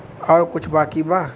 और कुछ बाकी बा?